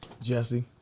Jesse